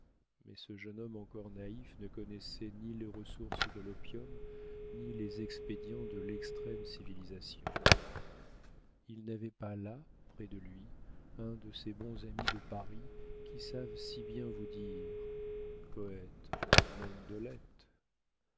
mais ce jeune homme encore naïf ne connaissait ni les ressources de l'opium ni les expédients de l'extrême civilisation il n'avait pas là près de lui un de ces bons amis de paris qui savent si bien vous dire poete non